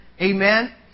Amen